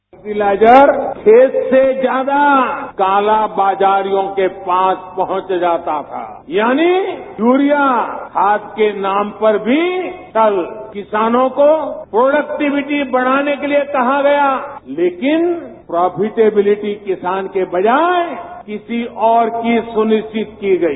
fertiliser खेत से ज्यादा काला बाजारियों के पास पहुंच जाता था यानी यूरिया खाद के नाम पर भी छल किसानों को प्रोडक्टीविटी बढ़ाने के लिए कहा गया लेकिन प्रोफेटीविलिटी किसान के बजाय किसी और को सुनिश्चित की गई